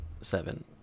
Seven